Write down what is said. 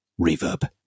reverb